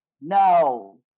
no